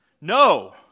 no